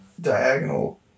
diagonal